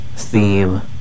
theme